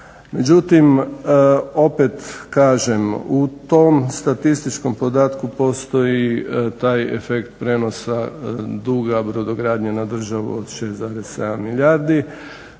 Međutim, opet kažem u tom statističkom podatku postoji taj efekt prijenosa duga brodogradnje na državu od 6,7 milijardi.